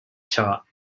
chart